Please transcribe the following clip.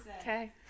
Okay